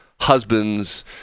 husbands